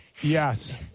yes